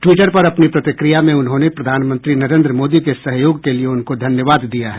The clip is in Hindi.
ट्वीटर पर अपनी प्रतिक्रिया में उन्होंने प्रधानमंत्री नरेन्द्र मोदी के सहयोग के लिये उनको धन्यवाद दिया है